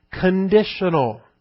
conditional